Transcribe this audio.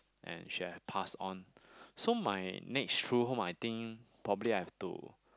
and she have passed on so my next true home I think probably I have to